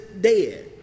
dead